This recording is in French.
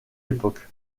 époque